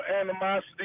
animosity